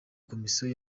komisiyo